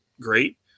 great